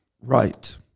Right